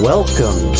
Welcome